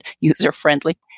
user-friendly